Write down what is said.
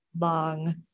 long